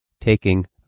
taking